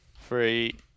three